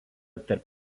tarp